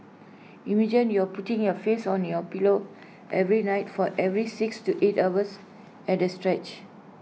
imagine you're putting your face on your pillow every night for every six to eight hours at A stretch